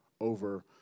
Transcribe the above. over